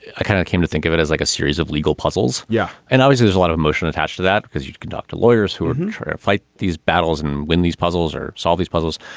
ah kind of came to think of it as like a series of legal puzzles. yeah. and always there's a lot of emotion attached to that because you'd conduct lawyers who wouldn't fight these battles and win these puzzles or solve these puzzles.